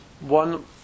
one